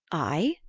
i?